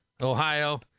Ohio